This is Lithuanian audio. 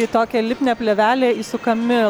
į tokią lipnią plėvelę įsukami